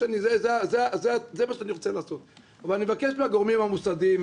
זה מה שאני רוצה לעשות אני מבקש מהגורמים המוסדיים,